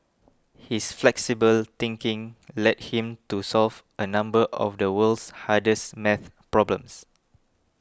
his flexible thinking led him to solve a number of the world's hardest math problems